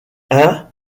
hein